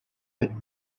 with